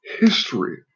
history